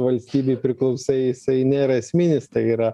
valstybei priklausai jisai nėra esminis tai yra